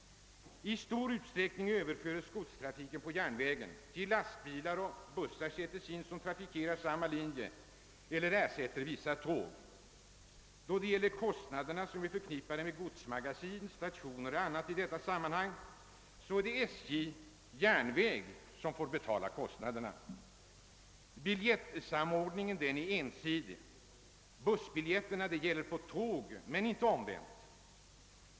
I stor utsträckning överförs godstrafiken från järnvägarna till lastbilar, och bussar sätts in som trafikerar samma linje eller ersätter tåg. Då det gäller kostnader som är förknippade med godsmagasin, stationer och annat är det SJ:s järnvägslinjer som får betala. Biljeitsamordningen är ensidig; bussbiljetterna gäller på tåg men inte omvänt.